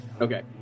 Okay